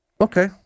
Okay